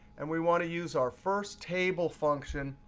and we want to use our first table function.